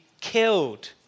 killed